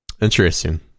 Interesting